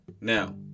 Now